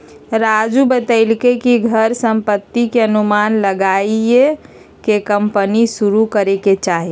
राजू बतलकई कि घर संपत्ति के अनुमान लगाईये के कम्पनी शुरू करे के चाहि